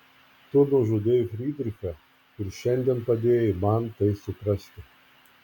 tu nužudei frydrichą ir šiandien padėjai man tai suprasti